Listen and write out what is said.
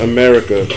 America